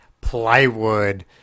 plywood